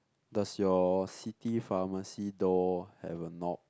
does your city pharmacy door have a knob